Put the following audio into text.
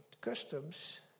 customs